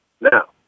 Now